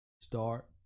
Start